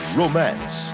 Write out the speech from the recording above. romance